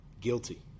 Guilty